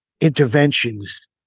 interventions